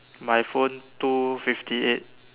my phone two fifty eight